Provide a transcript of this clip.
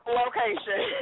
location